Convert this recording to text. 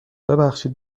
ببخشید